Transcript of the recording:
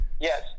Yes